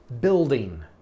building